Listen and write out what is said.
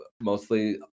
mostly